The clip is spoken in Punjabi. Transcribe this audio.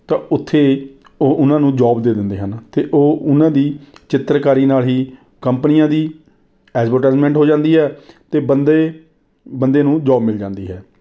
ਤਾਂ ਉੱਥੇ ਉਹ ਉਹਨਾਂ ਨੂੰ ਜੌਬ ਦੇ ਦਿੰਦੇ ਹਨ ਅਤੇ ਉਹ ਉਹਨਾਂ ਦੀ ਚਿੱਤਰਕਾਰੀ ਨਾਲ ਹੀ ਕੰਪਨੀਆਂ ਦੀ ਐਡਵਟਾਈਜ਼ਮੈਂਟ ਹੋ ਜਾਂਦੀ ਹੈ ਅਤੇ ਬੰਦੇ ਬੰਦੇ ਨੂੰ ਜੌਬ ਮਿਲ ਜਾਂਦੀ ਹੈ